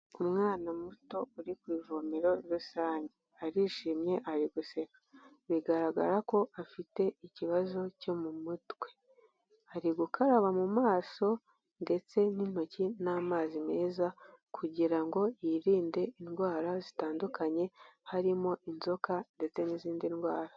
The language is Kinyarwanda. Umwana muto uri ku ivomero rusange, arishimye ari guseka bigaragara ko afite ikibazo cyo mu mutwe, ari gukaraba mu maso ndetse n'intoki n'amazi meza kugira ngo yirinde indwara zitandukanye harimo inzoka ndetse n'izindi ndwara.